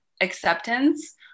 acceptance